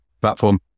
platform